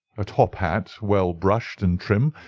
a top hat, well brushed and trim,